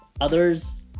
Others